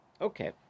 Okay